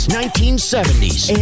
1970s